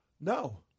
No